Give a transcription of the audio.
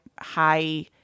high